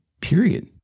Period